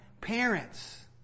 Parents